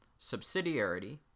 Subsidiarity